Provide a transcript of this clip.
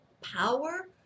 power